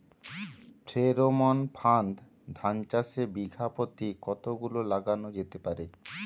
Pheromone ফাঁদ ধান চাষে বিঘা পতি কতগুলো লাগানো যেতে পারে?